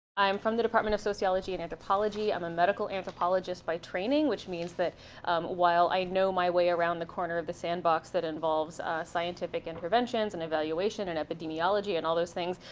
i'm from the department of sociology and anthropology. i'm a medical anthropologist by training, which means that while i know my way around the corner of the sandbox that involves scientific interventions and evaluation and epidemiology and all those things,